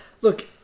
Look